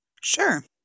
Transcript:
Sure